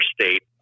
state